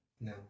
No